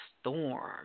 storm